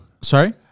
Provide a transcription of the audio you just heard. Sorry